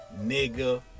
nigga